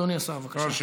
אדוני השר, בבקשה.